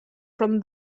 from